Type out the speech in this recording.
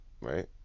right